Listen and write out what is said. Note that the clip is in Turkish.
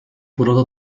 burada